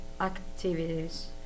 activities